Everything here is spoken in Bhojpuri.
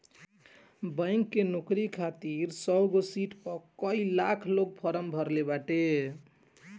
बैंक के नोकरी खातिर सौगो सिट पअ कई लाख लोग फार्म भरले बाटे